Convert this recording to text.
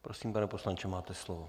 Prosím, pane poslanče, máte slovo.